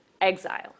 exile